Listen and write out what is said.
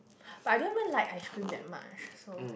but I don't even like ice cream that much so